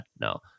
no